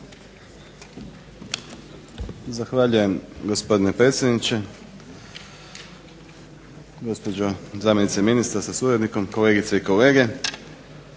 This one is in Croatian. Zahvaljujem gospodine potpredsjedniče, gospođo zamjenice ministra sa suradnikom, kolegice i kolege